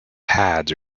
pads